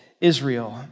Israel